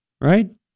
Right